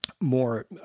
more